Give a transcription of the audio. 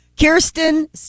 Kirsten